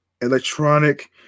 electronic